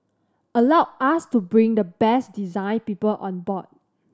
allowed us to bring the best design people on board